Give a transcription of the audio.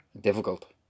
difficult